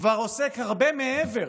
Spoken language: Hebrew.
כבר עוסק הרבה מעבר,